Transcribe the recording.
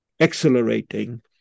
accelerating